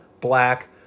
black